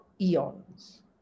eons